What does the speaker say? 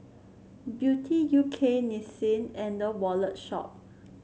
Beauty U K Nissin and The Wallet Shop